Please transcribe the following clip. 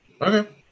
Okay